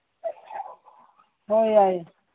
ꯍꯣꯏ ꯌꯥꯏꯌꯦ